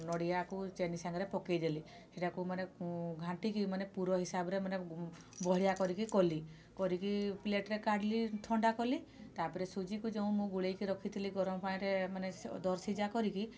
ନଡ଼ିଆକୁ ଚିନି ସାଙ୍ଗରେ ପକାଇଦେଲି ସେଇଟାକୁ ଘାଣ୍ଟିକି ମାନେ ପୁର ହିସାବରେ ମାନେ ବହଳିଆ କରିକି କଲି କରିକି ପ୍ଲେଟରେ କାଢ଼ିଲି ଥଣ୍ଡା କଲି ତାପରେ ସୁଜି କି ଯେଉଁ ମୁଁ ଗୋଳାଇକି ରଖିଥିଲି ଗରମ ପାଣିରେ ମାନେ ଦରସିଝା କରିକି